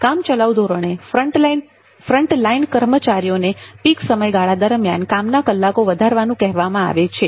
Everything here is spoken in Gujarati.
કામચલાઉ ધોરણે ફ્રન્ટલાઈન કર્મચારીઓને પીક સમયગાળા દરમિયાન કામના કલાકો વધારવાનું કહેવામાં આવે છે